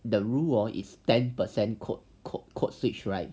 the rule is ten percent code~ code~ codeswitch right